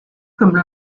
comme